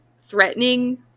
threatening